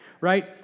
right